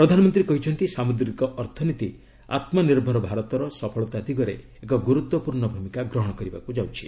ପ୍ରଧାନମନ୍ତ୍ରୀ କହିଛନ୍ତି ସାମୁଦ୍ରିକ ଅର୍ଥନୀତି ଆତ୍ମନିର୍ଭର ଭାରତର ସଫଳତା ଦିଗରେ ଏକ ଗୁରୁତ୍ୱପୂର୍ଣ୍ଣ ଭୂମିକା ଗ୍ରହଣ କରିବାକୁ ଯାଉଛି